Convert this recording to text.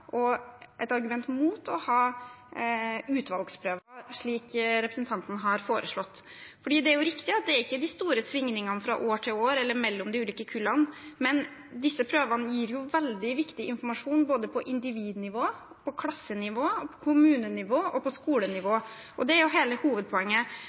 og et argument mot å ha utvalgsprøver, slik representanten har foreslått. Det er riktig at det ikke er de store svingningene fra år til år eller mellom de ulike kullene, men disse prøvene gir veldig viktig informasjon både på individnivå, på klassenivå, på kommunenivå og på